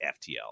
FTL